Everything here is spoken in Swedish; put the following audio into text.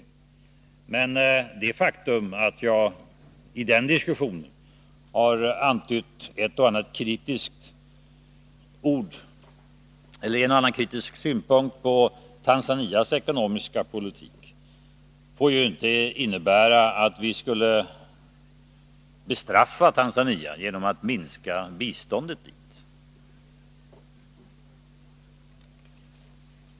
Men det faktum att jag i den diskussionen har antytt en och annan kritisk synpunkt på Tanzanias ekonomiska politik får ju inte innebära att vi skulle bestraffa Tanzania genom att minska biståndet dit.